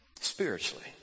spiritually